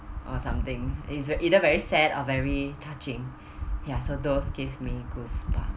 or something is either very sad or very touching ya so those give me goosebumps